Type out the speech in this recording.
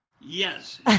Yes